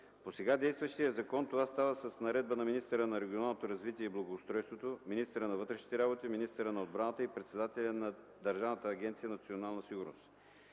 По сега действащия закон това става с Наредба на министъра на регионалното развитие и благоустройството, министъра на вътрешните работи, министъра на отбраната и председателя на Държавна агенция „Национална сигурност”.